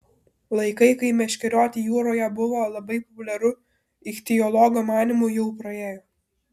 laikai kai meškerioti jūroje buvo labai populiaru ichtiologo manymu jau praėjo